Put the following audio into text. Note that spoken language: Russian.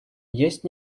есть